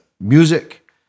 music